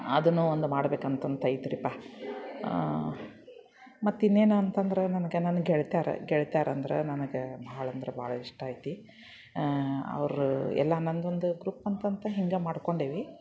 ಅದನ್ನು ಒಂದು ಮಾಡ್ಬೇಕು ಅಂತಂತೈತ್ರಿಪ್ಪ ಮತ್ತಿನ್ನೇನು ಅಂತಂದ್ರೆ ನನ್ಗೆ ನನ್ನ ಗೆಳತ್ಯಾರು ಗೆಳತ್ಯಾರಂದ್ರೆ ನನ್ಗೆ ಭಾಳ ಅಂದ್ರೆ ಭಾಳ ಇಷ್ಟ ಐತಿ ಅವರು ಎಲ್ಲ ನನ್ನದೊಂದು ಗ್ರೂಪ್ ಅಂತಂತ ಹಿಂಗೆ ಮಾಡಿಕೊಂಡೀವಿ